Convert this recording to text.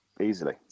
easily